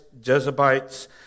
Jezebites